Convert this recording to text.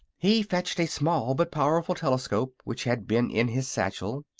he fetched a small but powerful telescope, which had been in his satchel,